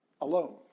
alone